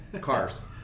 cars